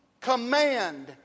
command